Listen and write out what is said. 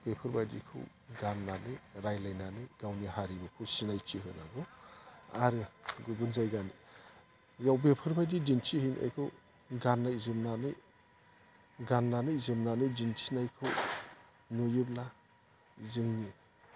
बेफोरबायदिखौ गाननानै रायज्लायनानै गावनि हारिमुखौ सिनायथि होनांगौ आरो गुबुन जायगानियाव बेफोरबायदि दिन्थि हैनायखौ गाननाय जोमनानै गाननानै जोमनानै दिन्थिनायखौ नुयोब्ला जोंनि